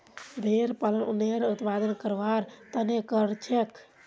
भेड़ पालन उनेर उत्पादन करवार तने करछेक